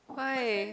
why